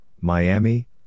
Miami